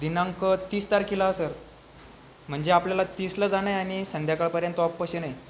दिनांक तीस तारखेला सर म्हणजे आपल्याला तीसला जाणं आहे आणि संध्याकाळपर्यंत वापस येणं आहे